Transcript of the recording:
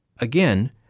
Again